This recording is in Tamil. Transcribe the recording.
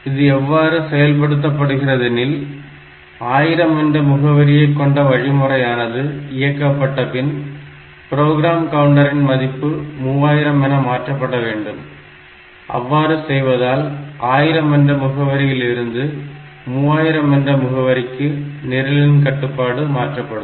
இது எவ்வாறு செயல்படுத்தப்படுகிறதெனில் 1000 என்ற முகவரியை கொண்ட வழிமுறையானது இயக்கப்பட்ட பின் ப்ரோக்ராம் கவுண்டரின் மதிப்பு 3000 என மாற்றப்பட வேண்டும் அவ்வாறு செய்வதால் 1000 என்ற முகவரியில் இருந்து என்ற 3000 என்ற முகவரிக்கு நிரலின் கட்டுப்பாடு மாற்றப்படும்